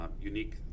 unique